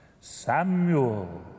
Samuel